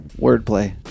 Wordplay